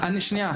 שנייה,